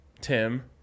Tim